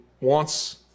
wants